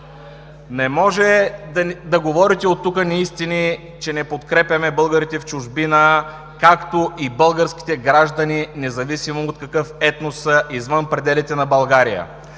Не може да говорите от тук неистини, че не подкрепяме българите в чужбина, както и българските граждани, независимо от какъв етнос са, извън пределите на България.